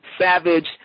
savage